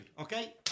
okay